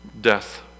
death